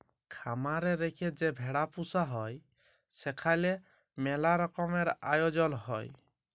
খামার এ রেখে যে ভেড়া পুসা হ্যয় সেখালে ম্যালা রকমের আয়জল হ্য়য়